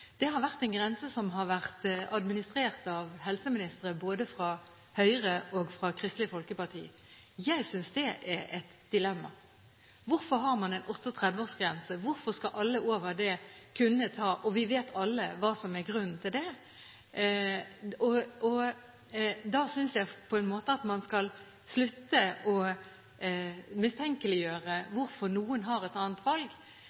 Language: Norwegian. Det er en grense som har vært administrert av helseministre både fra Høyre og fra Kristelig Folkeparti. Jeg synes det er et dilemma. Hvorfor har man en 38-årsgrense, hvorfor skal alle over det kunne ta dette? Vi vet alle hva som er grunnen til det. Da synes jeg man skal slutte å mistenkeliggjøre hvorfor noen tar et annet valg